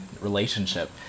relationship